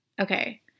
Okay